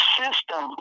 system